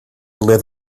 live